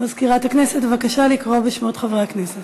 מזכירת הכנסת, בבקשה לקרוא בשמות חברי הכנסת.